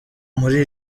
muri